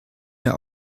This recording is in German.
mehr